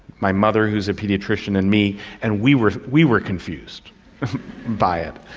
my mother who's a paediatrician, and me, and we were we were confused by it.